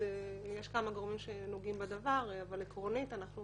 יש כמה גורמים שנוגעים בדבר, אבל עקרונית אנחנו